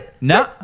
No